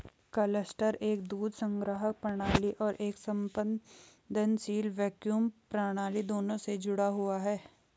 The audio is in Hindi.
क्लस्टर एक दूध संग्रह प्रणाली और एक स्पंदनशील वैक्यूम प्रणाली दोनों से जुड़ा हुआ है